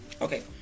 okay